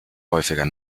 häufiger